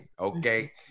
okay